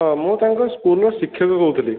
ହଁ ମୁଁ ତାଙ୍କ ସ୍କୁଲର ଶିକ୍ଷକ କହୁଥିଲି